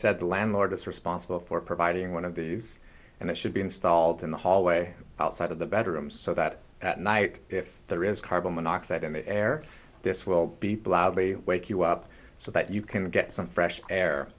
said the landlord is responsible for providing one of these and it should be installed in the hallway outside of the bedroom so that at night if there is carbon monoxide in the air this will be a wake you up so that you can get some fresh air